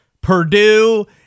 Purdue